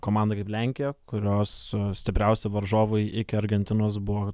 komanda kaip lenkija kurios stipriausi varžovai iki argentinos buvo